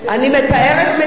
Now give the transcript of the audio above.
אני מתארת מציאות.